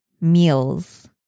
meals